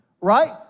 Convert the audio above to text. right